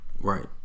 Right